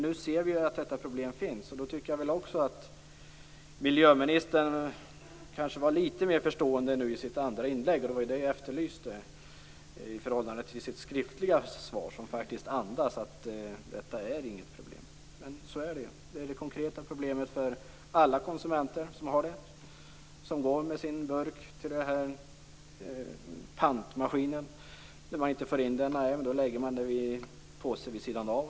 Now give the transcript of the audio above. Nu ser vi att det här problemet finns. Miljöministern var nog, vilket jag efterlyst, litet mera förstående i sitt andra inlägg i förhållande till sitt skriftliga svar, som faktiskt andas att det här inte är något problem men så är det. Detta är ett konkret problem för alla konsumenter som går med sin burk till en pantmaskin. När man inte får in burken i maskinen lägger man den i en påse vid sidan av.